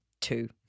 Two